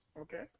Okay